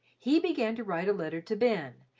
he began to write a letter to ben,